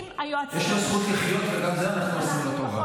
יש לו זכות לחיות, וגם זה, אנחנו עושים לו טובה.